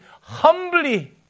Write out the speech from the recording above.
humbly